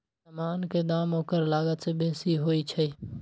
समान के दाम ओकर लागत से बेशी होइ छइ